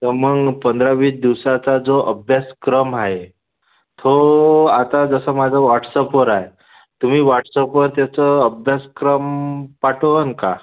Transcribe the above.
तर मग पंधरा वीस दिवसाचा जो अभ्यासक्रम आहे तो आता जसं माझं वॉट्सअपवर आहे तुम्ही वॉट्सअपवर त्याचं अभ्यासक्रम पाठवेल का